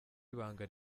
ibanga